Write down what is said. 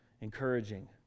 encouraging